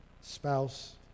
spouse